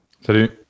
Salut